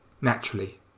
Naturally